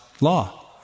law